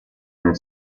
nel